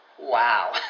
wow